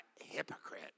hypocrite